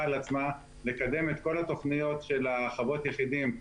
על עצמה לקדם את כל התוכניות של חוות היחידים,